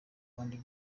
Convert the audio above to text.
bandi